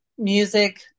music